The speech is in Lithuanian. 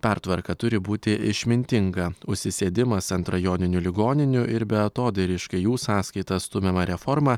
pertvarka turi būti išmintinga užsisėdimas ant rajoninių ligoninių ir beatodairiškai jų sąskaita stumiama reforma